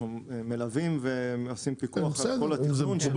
אנחנו מלווים ועושים פיקוח על כל התכנון של השינוי הזה.